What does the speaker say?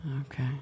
Okay